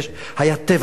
היה טבח אחד,